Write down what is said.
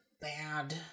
bad